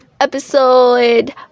episode